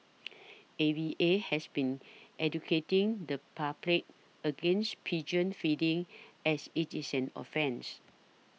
A V A has been educating the public against pigeon feeding as it is an offence